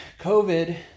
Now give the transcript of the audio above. COVID